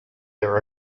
their